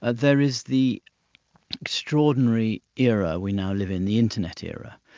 ah there is the extraordinary era we now live in, the internet era,